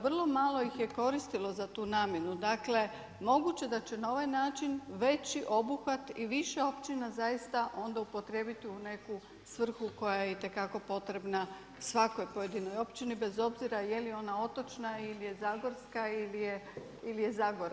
Vrlo malo ih koristilo za tu namjenu, dakle moguće da će na ovaj način veći obuhvat i više općina zaista onda upotrijebiti u neku svrhu koja je itekako potrebna svakoj pojedinoj općini bez obzira je li ona otočna ili je zagorska ili je Zagora.